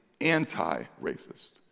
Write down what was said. anti-racist